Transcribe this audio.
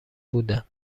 بودند